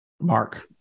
Mark